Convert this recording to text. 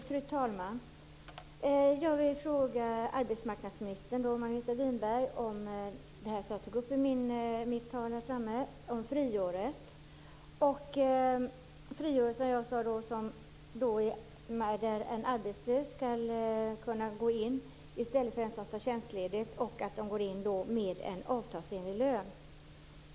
Fru talman! Jag vill fråga arbetsmarknadsminister Margareta Winberg om något som jag tog upp i mitt anförande, nämligen friåret. Som jag sade handlar det om att en arbetslös skall kunna gå in i stället för en som tar tjänstledigt och då få avtalsenlig lön.